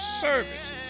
services